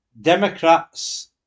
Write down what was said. Democrats